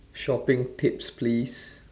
shopping tips please